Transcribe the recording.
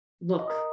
look